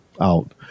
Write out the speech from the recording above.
out